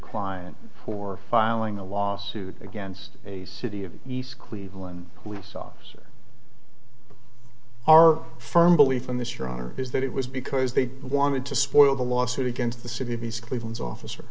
client for filing a lawsuit against a city of east cleveland police officer our firm belief in the stronger is that it was because they wanted to spoil the lawsuit against the city's cleveland's office